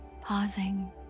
pausing